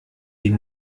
die